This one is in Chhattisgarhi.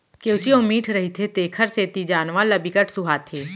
केंवची अउ मीठ रहिथे तेखर सेती जानवर ल बिकट सुहाथे